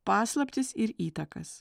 paslaptis ir įtakas